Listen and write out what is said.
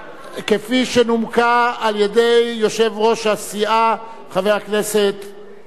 שנומקה על-ידי יושב-ראש הסיעה, חבר הכנסת כצל'ה.